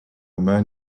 man